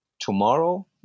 Tomorrow